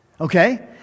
okay